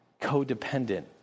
codependent